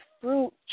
fruit